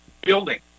building